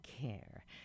Care